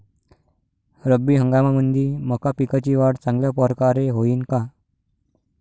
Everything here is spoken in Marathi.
रब्बी हंगामामंदी मका पिकाची वाढ चांगल्या परकारे होईन का?